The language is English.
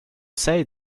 say